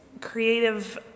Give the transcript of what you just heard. creative